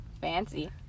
Fancy